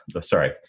sorry